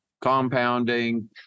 compounding